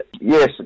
yes